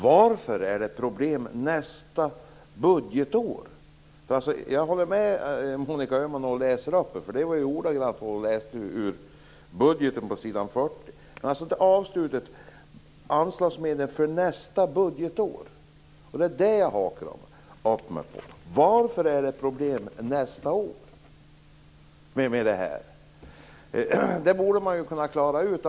Varför är det problem nästa budgetår? Jag håller med om det Monica Öhman läste upp. Hon läste ordagrant ur budgeten på s. 40. Men det jag hakar upp mig på är anslagsmedlen för nästa budgetår. Varför är det problem nästa år med det här? Dem borde man ha kunnat klara ut.